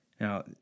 Now